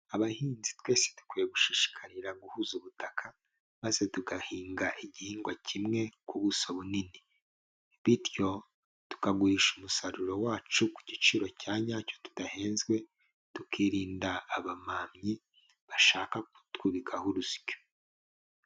Abahinzi twese dukwiye gushishikarira guhuza ubutaka, maze tugahinga igihingwa kimwe ku buso bunini. Bityo tukagurisha umusaruro wacu ku giciro cya nyacyo tudahenze, tukirinda abamamyi bashaka kutwubikaho urusyo.